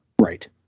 Right